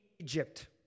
Egypt